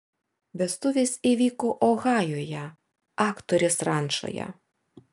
vestuvės įvyko ohajuje aktorės rančoje